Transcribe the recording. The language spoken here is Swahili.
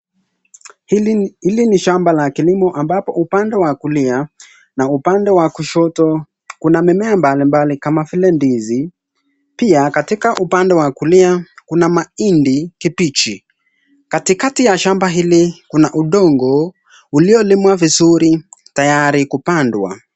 Hili ni shamba la kilimo ambapo upande wa kulia na upande wa kushoto kuna mimea mbalimbali kama vile ndizi. Pia katika upande wa kulia kuna mahindi kibichi. Katikati ya shamba hili kuna udongo uliolimwa vizuri tayari kupandwa.